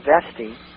investing